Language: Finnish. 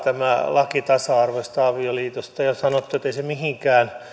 laki tasa arvoisesta avioliitosta johtaa ja sanottu ettei se mihinkään